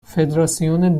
فدراسیون